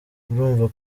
urumva